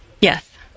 Yes